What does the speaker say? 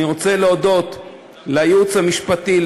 אני רוצה להודות לייעוץ המשפטי,